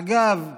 אגב,